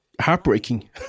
heartbreaking